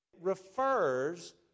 refers